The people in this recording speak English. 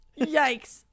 Yikes